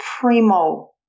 primo